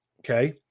okay